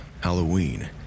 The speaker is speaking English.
Halloween